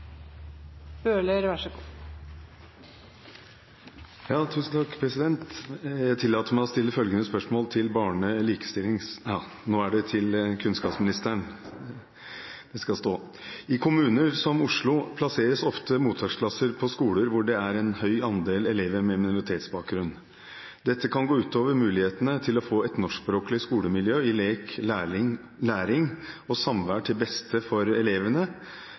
Bøhler til barne-, likestillings- og inkluderingsministeren, vil bli besvart av kunnskapsministeren som rette vedkommende. Jeg tillater meg å stille følgende spørsmål, nå til kunnskapsministeren: «I kommuner som Oslo plasseres ofte mottaksklasser på skoler hvor det er en høy andel elever med minoritetsbakgrunn. Dette kan gå ut over mulighetene til å få et norskspråklig skolemiljø i lek, læring og samvær til beste både for elevene